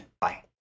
bye